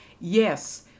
Yes